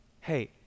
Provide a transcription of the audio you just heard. Hey